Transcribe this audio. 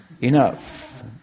enough